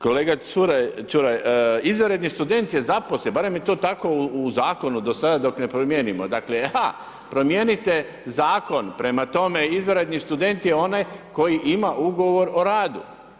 Kolega Čuraj izvanredni student je zaposlen, barem je to tako u zakonu, do sada dok ne promijenimo, dakle, ha promijenite zakon, prema tome izvanredni student koji ima ugovor o radu.